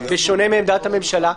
בשונה מעמדת הממשלה,